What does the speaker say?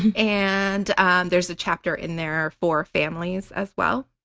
and and and there's a chapter in there for families as well,